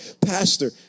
Pastor